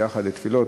ביחד לתפילות,